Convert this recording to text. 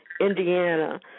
Indiana